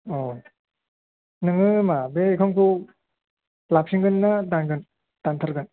औ नोङो मा बे एकाउन्टखौ लाफिनगोनना दानगोन दानथारगोन